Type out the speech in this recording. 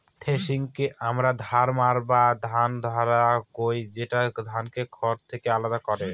থ্রেশিংকে আমরা ধান মাড়াই বা ধান ঝাড়া কহি, যেটা ধানকে খড় থেকে আলাদা করে